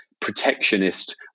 protectionist